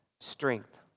strength